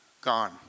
gone